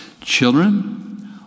Children